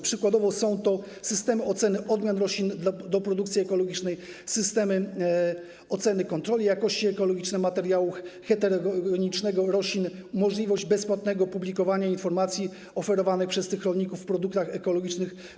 Przykładowo są to systemy oceny odmian roślin do produkcji ekologicznej, systemy oceny i kontroli jakości ekologicznej materiału heterogenicznego roślin, możliwość bezpłatnego publikowania informacji o oferowanych przez tych rolników produktach ekologicznych.